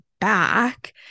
back